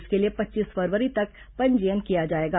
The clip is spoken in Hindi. इसके लिए पच्चीस फरवरी तक पंजीयन किया जाएगा